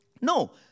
No